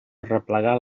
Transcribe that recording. arreplegar